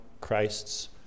Christ's